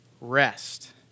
rest